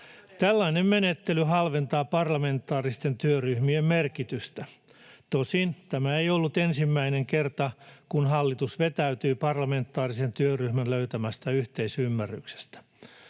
Tällainen menettely halventaa parlamentaaristen työryhmien merkitystä. Tosin tämä ei ollut ensimmäinen kerta, kun hallitus vetäytyy parlamentaarisen työryhmän löytämästä yhteisymmärryksestä.